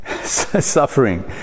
suffering